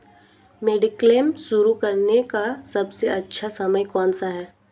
Mediclaim शुरू करने का सबसे अच्छा समय कौनसा है?